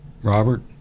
Robert